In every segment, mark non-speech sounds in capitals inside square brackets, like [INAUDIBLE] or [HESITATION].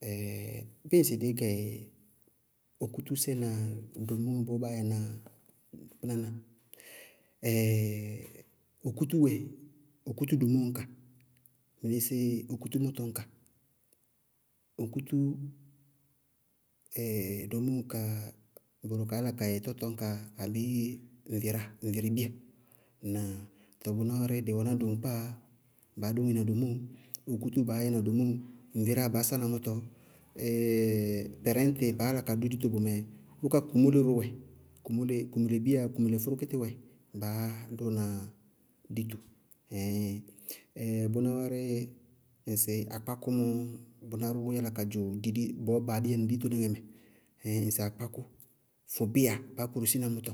[HESITATION] bíɩ ŋsɩ dí gɛ okútúsɛ na domúŋɛ bɔɔ báa yɛ na bʋ kpínaná, [HESITATION] okútú wɛ, okútú domóo ñka mɩnísíɩ okútú mʋtɔ ñka. Okútú [HESITATION] domóo ñka bʋrʋ kaá yála ka yɛ tɔtɔñka abii ŋveráa ŋverebíya. Ŋnáa? Tɔɔ bʋná wárɩ, dɩ wɛná doŋkpáa baá doŋina domóo, okútú baá yɛna domóo, ŋveráa baá sána mʋtɔ, [HESITATION] pɛrɛñtɩ baá yála ka dʋ dito bʋmɛ, bʋká kumóle ró wɛ, kumóle bíya, kumóle fʋrʋkítí wɛ baá dʋna dito. [HESITATION] bʋná wárɩ, ŋsɩ akpákʋ mɔ, bʋná róó yála ka dzʋ ŋsɩ bɔɔ baa diyana dito mɛ, ŋsɩ akpákʋ, fʋbíya baá korosína mʋtɔ,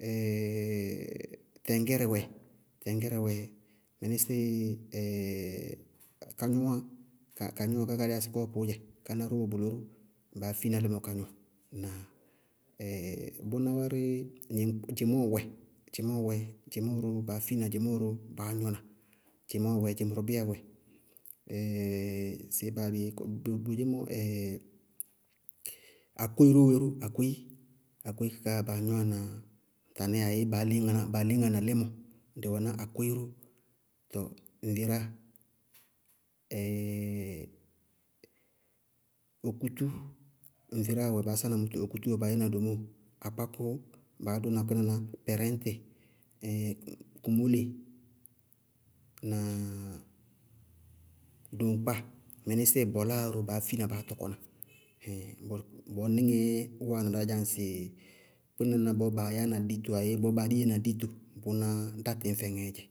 [HESITATION] tɛŋgɛrɛ wɛ, tɛŋgɛrɛ wɛ, mɩnísíɩ kagnʋŋáa wɛ kagnʋŋáa ká kaá dɩɩ yáa sɩ kɔɔpʋʋ dzɛ káná ró wɛ bʋlɔ ró baa fína límɔɔ ka gnɔ. ŋnáa? [HESITATION] bʋná wárɩ gnɩkp- dzɩmɔɔ wɛ, dzɩmɔɔ wɛ, dzɩmɔɔ ró baá fína dzɩmɔɔ ró baá gnɔna, dzɩmɔɔ wɛ, dzɩmʋrʋbíya wɛ. [HESITATION] sɩbéé baá yá bɩ yéé boémɔ dzɩmɔɔ ró [HESITATION] ákoyí ró wɛ ró ákoyí, ákoyí kaká baa gnɔwá na tanɛ ayéé baá leñna baa leñŋana límɔ, dɩ wɛná ákoyí ró. Tɔɔ ŋveráa, [HESITATION] okútú, ŋveráa wɛ baá sána mʋtɔ, okútú wɛ baá yɛna domóo, akpákʋ baá dʋna kpínaná [HESITATION] pɛrɛñtɩ, [HESITATION] kumóle, doŋkpáa, mɩnɩsɩɩ bɔláa ró baá fína baá tɔkɔna. ɛɛin bɔɔníŋɛɛ wáana dá dzá ŋsɩ kpínaná bɔɔ baa yɛána dito ayéé bɔɔ baa diyana dito, bʋnáá dá tɩñ fɛŋɛɛ dzɛ.